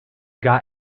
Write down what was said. got